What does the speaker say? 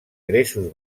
gresos